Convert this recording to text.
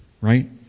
right